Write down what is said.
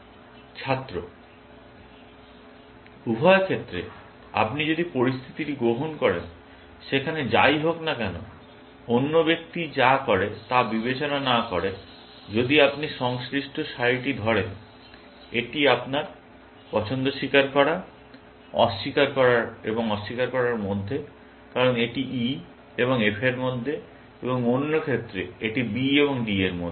ছাত্র উভয় ক্ষেত্রে আপনি যদি পরিস্থিতিটি গ্রহণ করেন যেখানে যাই হোক না কেন অন্য ব্যক্তি যা করে তা বিবেচনা না করে যদি আপনি সংশ্লিষ্ট সারিটি ধরেন এটি আপনার পছন্দ স্বীকার করা এবং অস্বীকার করার মধ্যে কারণ এটি E এবং F এর মধ্যে এবং অন্য ক্ষেত্রে এটি B এবং D এর মধ্যে